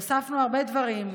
הוספנו הרבה דברים,